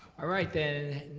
ah right then,